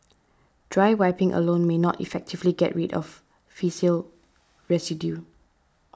dry wiping alone may not effectively get rid of faecal residue